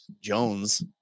Jones